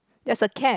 there's a cat